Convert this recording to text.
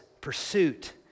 pursuit